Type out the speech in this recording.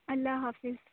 اللہ حافظ